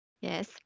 Yes